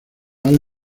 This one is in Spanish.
allen